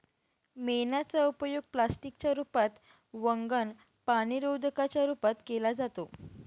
मेणाचा उपयोग प्लास्टिक च्या रूपात, वंगण, पाणीरोधका च्या रूपात केला जातो